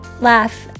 laugh